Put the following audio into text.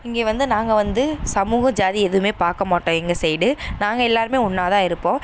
இங்கே வந்து நாங்கள் வந்து சமூகம் ஜாதி எதுவும் பார்க்கமாட்டோம் எங்கள் சைடு நாங்கள் எல்லோருமே ஒன்னாக தான் இருப்போம்